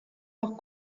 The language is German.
noch